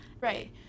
Right